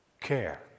care